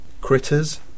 Critters